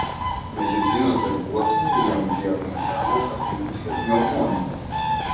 medicinos darbuotojai jam diagnozavo abipusę pneumoniją